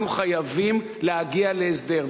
אנחנו חייבים להגיע להסדר.